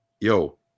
yo